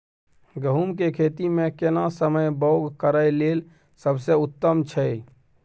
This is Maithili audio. गहूम के खेती मे केना समय बौग करय लेल सबसे उत्तम छै?